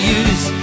use